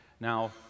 Now